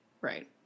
right